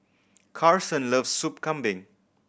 Karson loves Soup Kambing